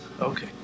okay